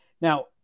Now